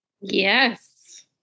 Yes